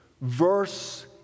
verse